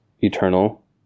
eternal